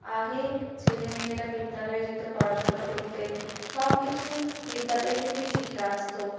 আগে ছেলেমেয়েরা বিদ্যালয়ে যেত পড়াশোনা করতে সবকিছু বিদ্যালয় থেকেই শিখে আসত